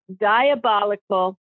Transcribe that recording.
diabolical